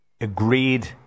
agreed